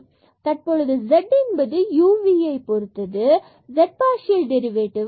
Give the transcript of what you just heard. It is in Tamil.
தற்பொழுது z என்பது u and v பொருத்தது மற்றும் z பார்சியல் டெரிவேடிவ்